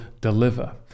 deliver